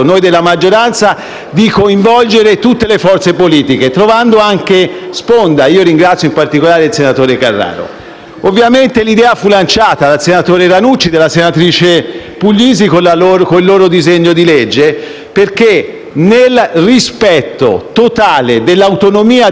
Carraro. L'idea fu lanciata dal senatore Ranucci e dalla senatrice Puglisi con il loro disegno di legge perché, nel rispetto totale dell'autonomia dello sport, potevamo dare un segno di modernità, riportando nello sport delle esigenze rivelatesi